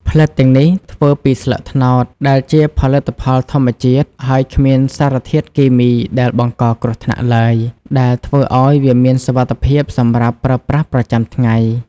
ផ្លិតទាំងនេះធ្វើពីស្លឹកត្នោត ដែលជាផលិតផលធម្មជាតិ ហើយគ្មានសារធាតុគីមីដែលបង្កគ្រោះថ្នាក់ឡើយ ដែលធ្វើឱ្យវាមានសុវត្ថិភាពសម្រាប់ប្រើប្រាស់ប្រចាំថ្ងៃ។